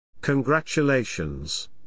Congratulations